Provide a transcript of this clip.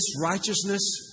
righteousness